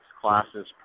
classes